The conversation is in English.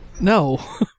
No